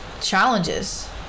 challenges